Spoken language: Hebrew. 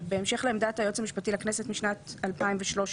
בהמשך לעמדת היועץ המשפטי לכנסת משנת 2013,